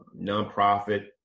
nonprofit